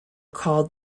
called